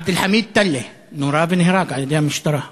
עבד אלחמיד תלי נורה ונהרג על-ידי המשטרה,